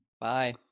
bye